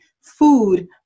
food